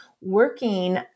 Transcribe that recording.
working